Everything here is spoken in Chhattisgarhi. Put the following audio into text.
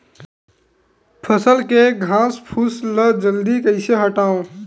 फसल के घासफुस ल जल्दी कइसे हटाव?